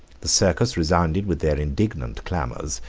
the circus resounded with their indignant clamors,